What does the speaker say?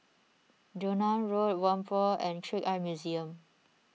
Joan Road Whampoa and Trick Eye Museum